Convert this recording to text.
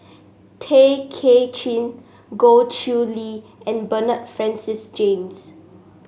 Tay Kay Chin Goh Chiew Lye and Bernard Francis James